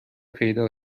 پیدا